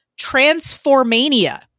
Transformania